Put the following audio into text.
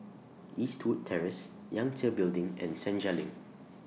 Eastwood Terrace Yangtze Building and Senja LINK